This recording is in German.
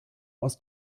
aus